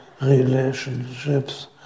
relationships